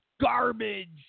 garbage